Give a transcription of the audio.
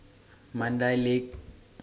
Mandai Lake